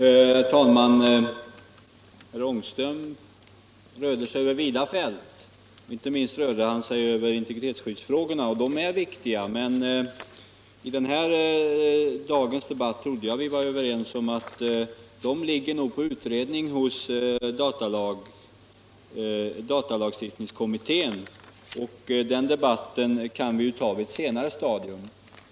Herr talman! Herr Ångström rörde sig över vida fält, inte minst när det gällde integritetsskyddsfrågorna. De är viktiga, men i dagens debatt trodde jag vi var överens om att de ligger under utredning hos datalagstiftningskommittéen. Vi kan alltså enligt min mening ta den debatten på ett senare stadium.